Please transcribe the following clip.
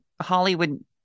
Hollywood